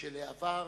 של העבר